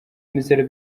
imisoro